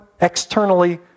externally